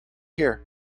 here